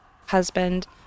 husband